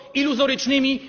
iluzorycznymi